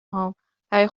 هام، برای